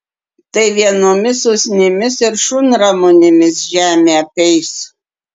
tai vienomis usnimis ir šunramunėmis žemė apeis